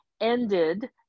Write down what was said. ended